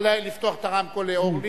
נא לפתוח את הרמקול לאורלי.